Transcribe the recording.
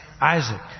Isaac